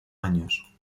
años